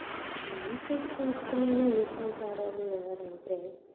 నాకైతే ఇష్టమైన నృత్యకారులు ఎవరు అంటే